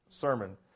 sermon